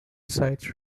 sites